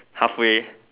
half way